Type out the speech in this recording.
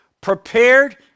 prepared